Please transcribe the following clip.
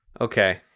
Okay